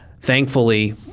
thankfully